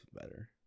better